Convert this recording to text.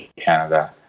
Canada